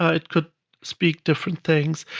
ah it could speak different things.